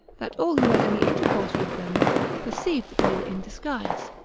that all who had any intercourse with them perceived that they were in disguise.